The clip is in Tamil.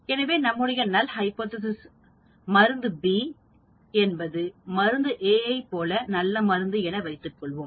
எனவே நம்முடைய நல் ஹைபோதேசிஸ் மருந்து B என்பது மருந்து A ஐப் போன்ற நல்ல மருந்து என வைத்துக்கொள்வோம்